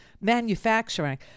Manufacturing